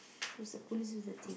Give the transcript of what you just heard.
cause police is at